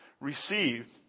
received